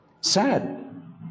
sad